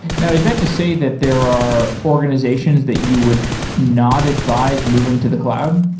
now, is that to say that there are organizations that you would not advice moving to the cloud?